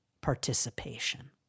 participation